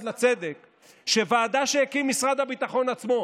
לצדק שוועדה שהקים משרד הביטחון עצמו,